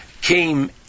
came